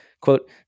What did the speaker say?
quote